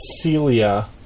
Celia